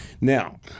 Now